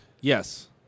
Yes